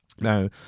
Now